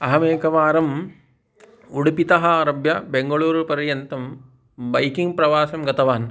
अहमेकवारम् उडुपितः आरभ्य बेङ्गळूरुपर्यन्तं बैकिङ्ग् प्रवासं गतवान्